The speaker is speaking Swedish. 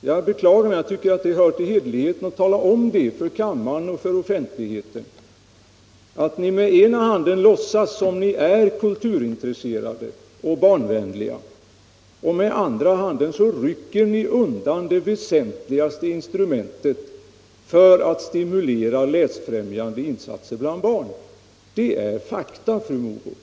Jag beklagar, men jag tycker det hör till hederligheten att tala om det för kammaren och för offentligheten, att ni med ena handen låtsas som om ni är kulturintresserade och barnvänliga och med den andra handen rycker undan det väsentligaste instrumentet för att stimulera läsfrämjande insatser bland barn. Det är fakta, fru Mogård.